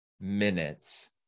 minutes